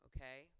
Okay